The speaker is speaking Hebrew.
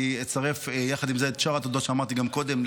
אני אצרף יחד עם זה את שאר התודות שאמרתי גם קודם,